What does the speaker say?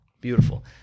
beautiful